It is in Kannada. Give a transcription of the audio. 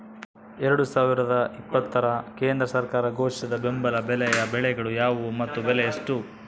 ಎರಡು ಸಾವಿರದ ಇಪ್ಪತ್ತರ ಕೇಂದ್ರ ಸರ್ಕಾರ ಘೋಷಿಸಿದ ಬೆಂಬಲ ಬೆಲೆಯ ಬೆಳೆಗಳು ಯಾವುವು ಮತ್ತು ಬೆಲೆ ಎಷ್ಟು?